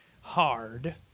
hard